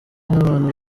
n’abantu